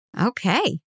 Okay